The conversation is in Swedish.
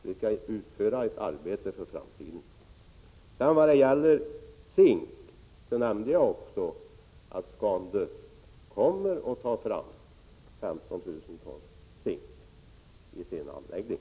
Vi skall utföra ett arbete för framtiden. Jag nämnde även att ScanDust kommer att utvinna 15 000 ton zink vid sin anläggning.